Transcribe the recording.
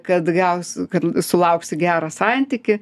kad gaus kad sulauksi gerą santykį